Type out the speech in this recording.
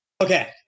Okay